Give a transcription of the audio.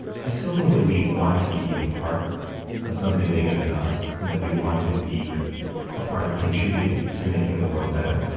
i still think that we want to be a part of something bigger than us, and that we want to be a part of contributing to making the world better.